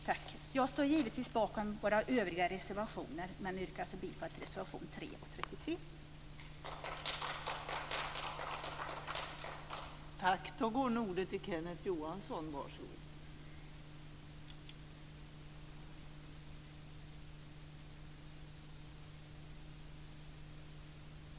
Givetvis står jag bakom våra reservationer men jag nöjer mig med att yrka bifall till reservationerna 3